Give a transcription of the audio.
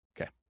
okay